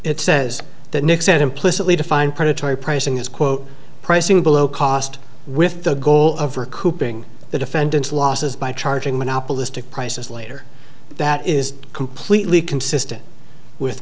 it says that nick said implicitly define predatory pricing as quote pricing below cost with the goal of recouping the defendant's losses by charging monopolistic prices later that is completely consistent with